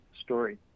story